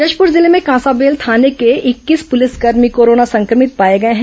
जशपूर जिले में कांसाबेल थाने के इक्कीस पुलिसकर्मी कोरोना संक्रमित पाए गए हैं